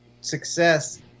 success